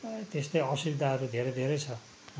त्यस्तै असुविधाहरू धेरै धेरै छ